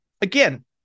again